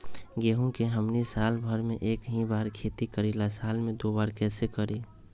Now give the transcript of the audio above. गेंहू के हमनी साल भर मे एक बार ही खेती करीला साल में दो बार कैसे करी?